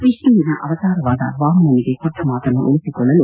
ವಿಷ್ಣುವಿನ ಅವತಾರವಾದ ವಾಮನನಿಗೆ ಕೊಟ್ಟ ಮಾತನ್ನು ಉಳಿಸಿಕೊಳ್ಳಲು